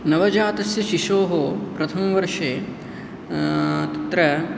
नवजातस्य शिशोः प्रथमवर्षे तत्र